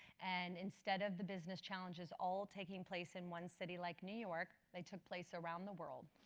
and instead of the business challenges all taking place in one city like new york, they took place around the world.